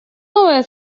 новые